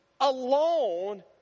alone